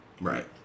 Right